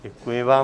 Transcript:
Děkuji vám.